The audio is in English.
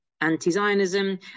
anti-zionism